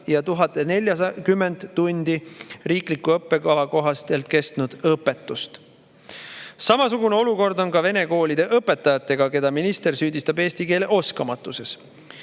ja 1040 tundi riikliku õppekava kohaselt kestnud õpetust! Samasugune olukord on vene koolide õpetajatega, keda minister süüdistab eesti keele oskamatuses,